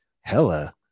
hella